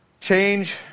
Change